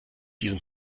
diesen